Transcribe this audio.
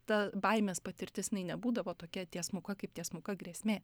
ta baimės patirtis jinai nebūdavo tokia tiesmuka kaip tiesmuka grėsmė